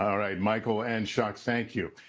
um right. michael and chuck, thank you.